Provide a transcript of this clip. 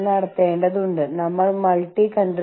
എന്റെ സമൂഹമാണ് ഏറ്റവും മികച്ചത്